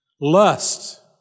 Lust